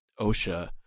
Osha